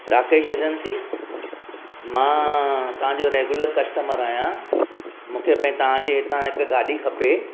Rakesh agencies मां तव्हांजो regular customer आहियां मूंखे पे तव्हांजे हितां हिक गाॾी खपे